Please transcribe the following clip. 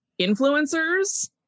influencers